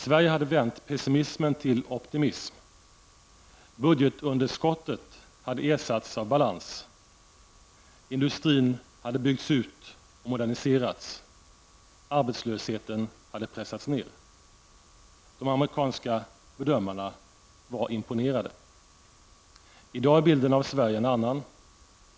Sverige hade vänt pessimismen till optimism. Industrin hade byggts ut och moderniserats, och arbetslösheten hade pressats ned. De amerikanska bedömarna var imponerade. I dag är bilden av Sverige en annan.